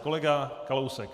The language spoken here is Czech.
Kolega Kalousek.